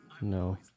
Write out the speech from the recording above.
No